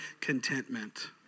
contentment